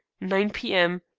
nine p m,